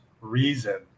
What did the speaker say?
reason